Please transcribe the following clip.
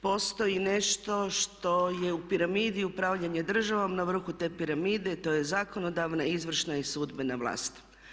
Postoji nešto što je u piramidi upravljanja državom, na vrhu te piramide to je zakonodavna, izvršna i sudbena vlast.